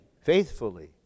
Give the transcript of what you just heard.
faithfully